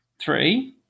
three